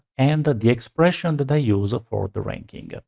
and the the expression that i use for the ranking.